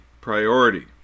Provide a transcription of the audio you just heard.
priority